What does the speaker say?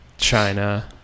China